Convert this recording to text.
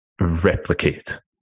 replicate